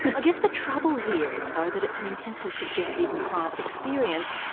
i guess the trouble here is though that it's an intensely subjective and private experience,